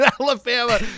Alabama